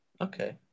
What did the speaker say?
okay